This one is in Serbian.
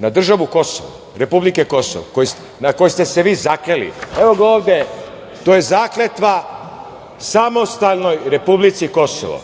je zakletva republike Kosovo, na koji ste se vi zakleli. Evo ga ovde. To je zakletva samostalnoj republici Kosovo.